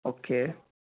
okay